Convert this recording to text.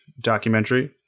documentary